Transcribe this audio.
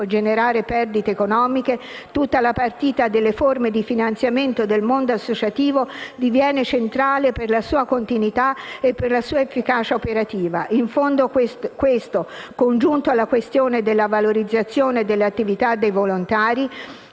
generare perdite economiche, tutta la partita delle forme di finanziamento del mondo associativo diviene centrale per la sua continuità e per la sua efficacia operativa. In fondo questo, congiunto alla questione della valorizzazione dell'attività dei volontari,